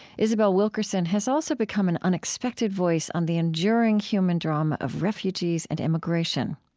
isabel wilkerson has also become an unexpected voice on the enduring human drama of refugees and immigration.